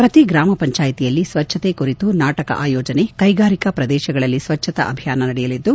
ಪ್ರತಿ ಗ್ರಾಮ ಪಂಚಾಯಿತಿಯಲ್ಲಿ ಸ್ವಚ್ದತೆ ಕುರಿತು ನಾಟಕ ಆಯೋಜನೆ ಕೈಗಾರಿಕಾ ಪ್ರದೇಶಗಳಲ್ಲಿ ಸ್ವಚ್ದತಾ ಅಭಿಯಾನವು ನಡೆಯಲಿದ್ದು